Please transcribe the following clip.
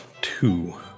two